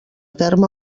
terme